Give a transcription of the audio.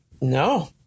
No